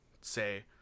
say